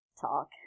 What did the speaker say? Talk